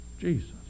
Jesus